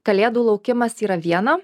kalėdų laukimas yra viena